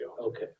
Okay